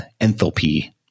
enthalpy